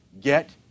get